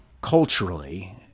culturally